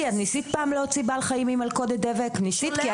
תגידי, את ניסית פעם להוציא בעל חיים ממלכודת דבק?